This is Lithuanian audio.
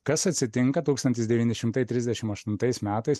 kas atsitinka tūkstantis devyni šimtai trisdešim aštuntais metais